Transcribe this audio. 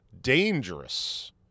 dangerous